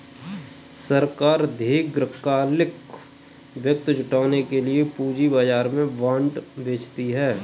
सरकार दीर्घकालिक वित्त जुटाने के लिए पूंजी बाजार में बॉन्ड बेचती है